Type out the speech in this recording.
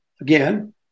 again